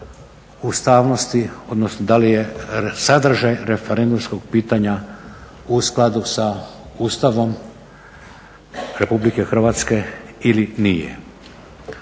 ustavnosti, odnosno da li je sadržaj referendumskog pitanja u skladu sa Ustavom RH ili nije.